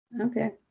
Okay